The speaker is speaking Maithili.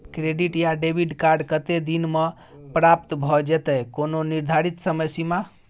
क्रेडिट या डेबिट कार्ड कत्ते दिन म प्राप्त भ जेतै, कोनो निर्धारित समय सीमा?